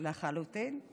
לחלוטין.